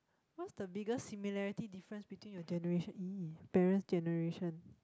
what's the biggest similarity difference between your generation !ee! parent's generation